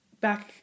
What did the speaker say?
back